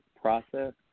Process